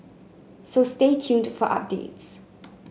so stay tuned for updates